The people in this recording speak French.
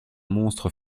monstre